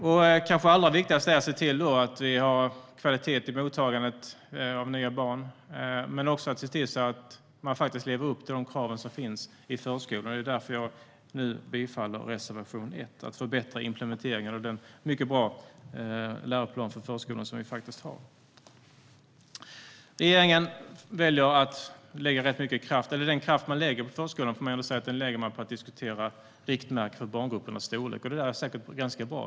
Det kanske allra viktigaste är att se till att vi har kvalitet i mottagandet av nya barn. Men vi ska också se till att vi lever upp till de krav som finns i förskolan. Det är därför jag nu yrkar bifall till reservation 1 om att förbättra implementeringen av den mycket bra läroplan för förskolan som vi har. Regeringen väljer att lägga den kraft man lägger på förskolan på att diskutera riktmärken för barngruppernas storlek. Det är säkert ganska bra.